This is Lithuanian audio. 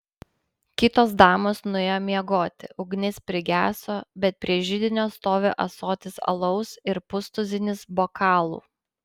kitos damos nuėjo miegoti ugnis prigeso bet prie židinio stovi ąsotis alaus ir pustuzinis bokalų